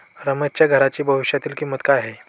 रमेशच्या घराची भविष्यातील किंमत काय आहे?